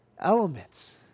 elements